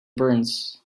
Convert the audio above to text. burns